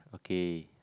K